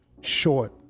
short